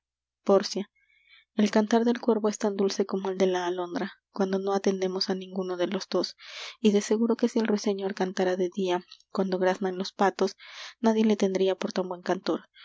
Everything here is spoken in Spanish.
señora pórcia el cantar del cuervo es tan dulce como el de la alondra cuando no atendemos á ninguno de los dos y de seguro que si el ruiseñor cantara de dia cuando graznan los patos nadie le tendria por tan buen cantor